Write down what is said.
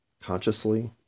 consciously